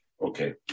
Okay